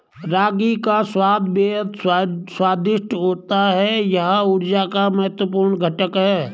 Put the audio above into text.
रागी का स्वाद बेहद स्वादिष्ट होता है यह ऊर्जा का महत्वपूर्ण घटक है